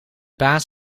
baas